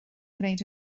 gwneud